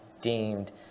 deemed